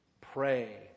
Pray